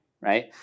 right